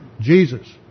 Jesus